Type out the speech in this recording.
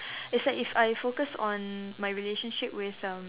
it's like if I focus on my relationship with um